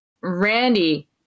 Randy